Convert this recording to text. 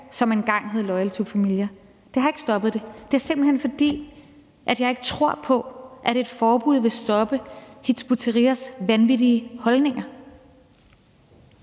som engang hed Loyal To Familia. Det har ikke stoppet det. Det er simpelt hen, fordi jeg ikke tror på, at et forbud vil stoppe Hizb ut-Tahrirs vanvittige holdninger.